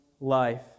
life